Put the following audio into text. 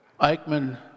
Eichmann